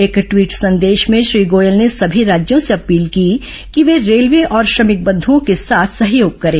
एक ट्वीट संदेश में श्री गोयल ने सभी राज्यों से अपील की कि वे रेलवे और श्रमिक बंधुओं के साथ सहयोग करें